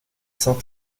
cent